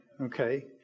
Okay